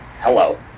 hello